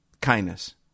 kindness